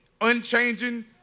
unchanging